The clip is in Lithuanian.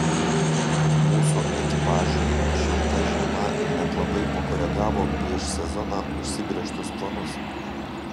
mūsų ekipažui šilta žiema net labai pakoregavo prieš sezoną užsibrėžtus planus